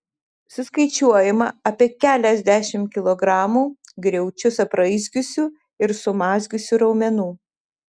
suskaičiuojama apie keliasdešimt kilogramų griaučius apraizgiusių ir sumazgiusių raumenų